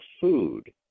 food